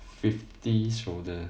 fifty shoulder